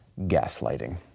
gaslighting